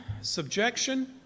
subjection